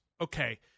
okay